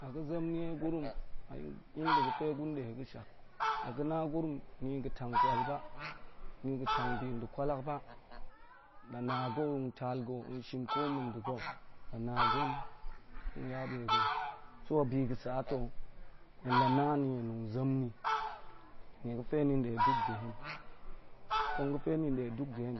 La̱ ga̱ zem nie gurum yan da ga̱fe gun nde ga̱shak, la ga̱ na gurum a ga̱ tang kwal ba ni ga̱ tang bi nda̱ kwalak ba lar na ga̱ tong tal ga̱ tong shin ko mma̱ nda̱ ga̱, tong yabe ga̱, hen la̱ na ni, hen tong yong ni nnie ga̱ fe ni nde duk nɗa hen kong ga̱fe ni nde duk nda̱